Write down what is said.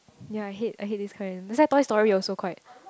ya I hate I hate this kind that's why Toy-Story also quite